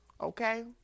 Okay